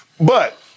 but-